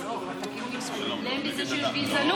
חמש דקות לרשותך.